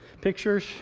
pictures